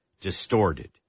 distorted